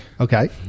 Okay